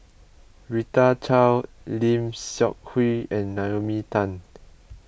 Rita Chao Lim Seok Hui and Naomi Tan